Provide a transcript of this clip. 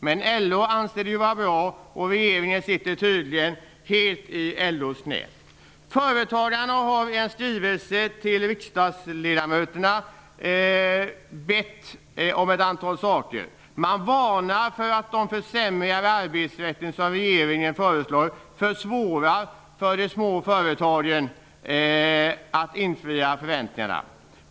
Men LO anser det vara bra, och regeringen sitter tydligen helt i LO:s knä. Företagarna har i en skrivelse till riksdagsledamöterna bett om ett antal saker. Man varnar för att de försämringar i arbetsrätten som regeringen föreslår försvårar för de små företagen när det gäller att infria förväntningarna.